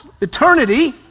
eternity